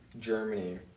Germany